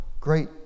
great